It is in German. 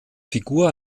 figur